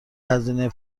هزینه